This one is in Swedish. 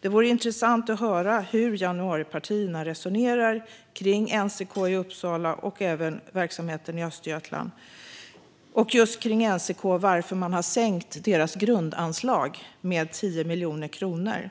Det vore intressant att höra hur januaripartierna resonerar kring NCK i Uppsala och verksamheten i Östergötland, och när det gäller NCK även varför man har sänkt deras grundanslag med 10 miljoner kronor.